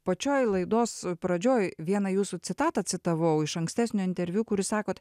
pačioj laidos pradžioj vieną jūsų citatą citavau iš ankstesnio interviu kur jūs sakot